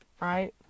Right